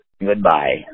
Goodbye